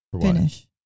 finish